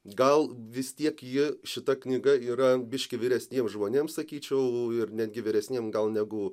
gal vis tiek ji šita knyga yra biškį vyresniems žmonėms sakyčiau ir netgi vyresniem gal negu